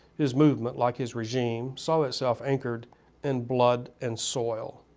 his movement, like his regime, saw itself anchored in blood and soil,